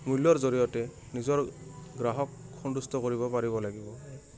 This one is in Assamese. মূল্যৰ জৰিয়তে নিজৰ গ্ৰাহক সন্তুষ্ট কৰিব পাৰিব লাগিব